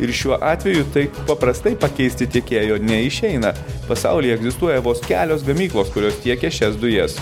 ir šiuo atveju taip paprastai pakeisti tiekėjo neišeina pasaulyje egzistuoja vos kelios gamyklos kurios tiekia šias dujas